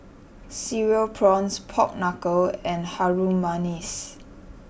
Cereal Prawns Pork Knuckle and Harum Manis